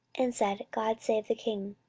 and said, god save the king.